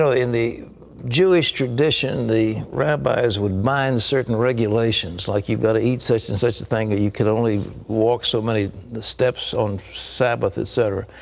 so in the jewish tradition, the rabbis would bind certain regulations, like you've got to eat such and such a thing, or you could only walk so many steps on sabbath, et cetera.